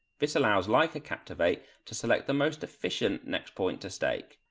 this allows leica captivate to select the most efficient next point to stake.